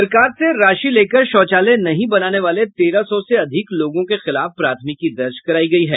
सरकार से राशि लेकर शौचालय नहीं बनाने वाले तेरह सौ से अधिक लोगों के खिलाफ प्राथमिकी दर्ज करायी गयी है